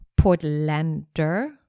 Portlander